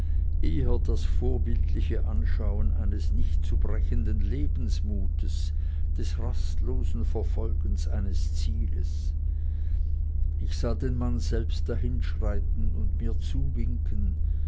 eher das vorbildliche anschauen eines nicht zu brechenden lebensmutes des rastlosen verfolgens eines zieles ich sah den mann selbst dahinschreiten und mir zuwinken